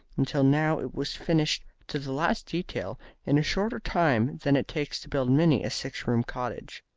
until now it was finished to the last detail in a shorter time than it takes to build many a six-roomed cottage.